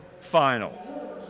final